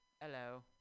hello